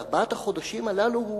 בארבעת החודשים הללו,